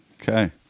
okay